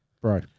bro